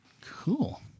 Cool